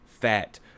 fat